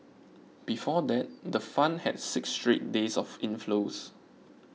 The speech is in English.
before that the fund had six straight days of inflows